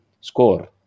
score